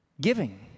giving